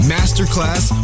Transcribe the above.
Masterclass